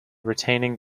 retaining